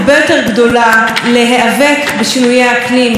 לפי הדוח של אותם מומחים,